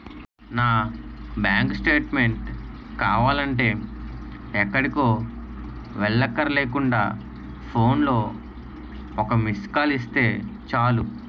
నా bank statement కావాలంటే ఎక్కడికో వెళ్ళక్కర్లేకుండా ఫోన్లో ఒక్క మిస్కాల్ ఇస్తే చాలు